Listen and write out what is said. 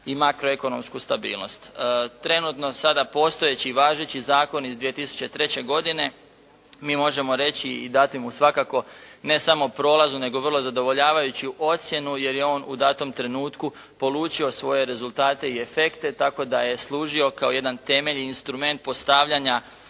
i makroekonomsku stabilnost. Trenutno sada postojeći i važeći zakon iz 2003. godine mi možemo reći i dati mu svakako ne samo prolaznu nego vrlo zadovoljavajuću ocjenu, jer je on u danom trenutku polučio svoje rezultate i efekte tako da je služio kao jedan temeljni instrument postavljanja